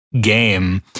game